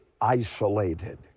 isolated